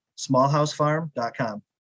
smallhousefarm.com